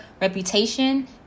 reputation